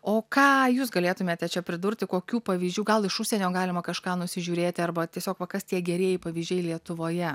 o ką jūs galėtumėte čia pridurti kokių pavyzdžių gal iš užsienio galima kažką nusižiūrėti arba tiesiog va kas tie gerieji pavyzdžiai lietuvoje